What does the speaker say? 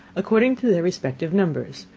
according to their respective numbers,